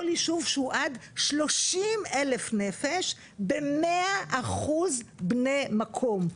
יישוב שהוא עד 30,000 נפש ב-100% בני מקום,